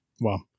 Wow